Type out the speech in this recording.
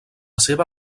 seva